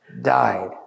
died